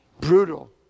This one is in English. Brutal